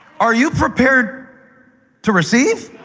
are you prepared to receive?